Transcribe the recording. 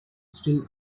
still